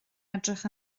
edrych